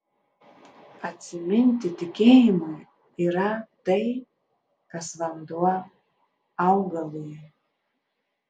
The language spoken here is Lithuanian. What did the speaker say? atsiminti tikėjimui yra tai kas vanduo augalui